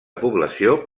població